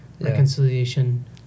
reconciliation